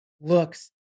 looks